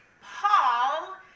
Paul